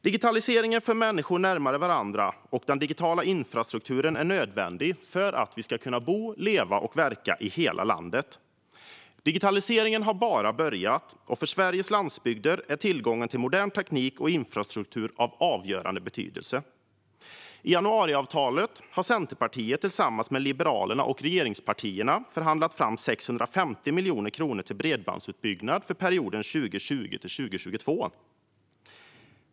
Digitaliseringen för människor närmare varandra, och den digitala infrastrukturen är nödvändig för att vi ska kunna bo och verka i hela landet. Digitaliseringen har bara börjat, och för Sveriges landsbygder är tillgången till modern teknik och infrastruktur av avgörande betydelse. I januariavtalet har Centerpartiet tillsammans med Liberalerna och regeringspartierna förhandlat fram 650 miljoner kronor till bredbandsutbyggnaden för perioden 2020-2022.